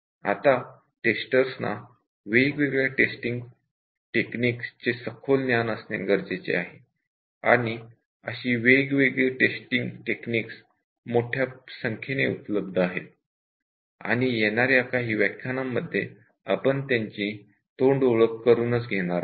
आत्ता टेस्टर्सना वेगवेगळ्या टेस्टिंग टेक्निक्स चे सखोल ज्ञान असणे गरजेचे आहे आणि अशी वेगवेगळे टेस्टिंग टेक्निक्स मोठ्या संख्येने उपलब्ध आहेत आणि येणाऱ्या काही व्याख्यानांमध्ये आपण त्यांची ओळख करून घेणार आहोत